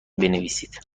بنویسید